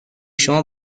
شما